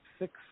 six